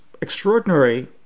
extraordinary